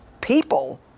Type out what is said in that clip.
people